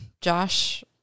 Josh